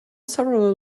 several